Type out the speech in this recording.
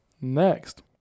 Next